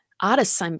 artists